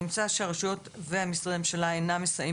נמצא שהרשויות והמשרדים אינם מסייעים